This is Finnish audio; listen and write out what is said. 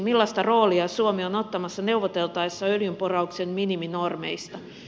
millaista roolia suomi on ottamassa neuvoteltaessa öljynporauksen miniminormeista